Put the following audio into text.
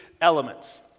elements